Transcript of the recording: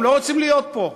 הם לא רוצים להיות פה.